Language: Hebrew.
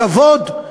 בכבוד,